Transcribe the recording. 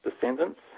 descendants